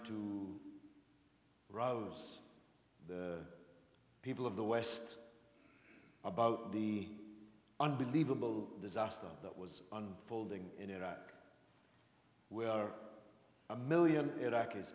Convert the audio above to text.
to rouse the people of the west about the unbelievable disaster that was unfolding in iraq we are a million iraqis